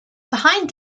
behind